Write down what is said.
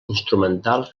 instrumental